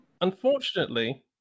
Unfortunately